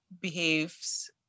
behaves